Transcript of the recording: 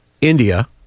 India